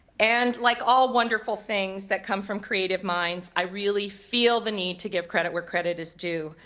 and, like all wonderful things that come from creative minds, i really feel the need to give credit where credit is due.